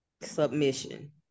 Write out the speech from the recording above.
submission